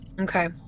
Okay